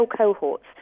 cohorts